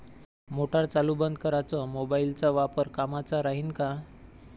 Motor चालू बंद कराच मोबाईलचा वापर कामाचा राहीन का?